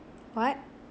what